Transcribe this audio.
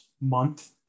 month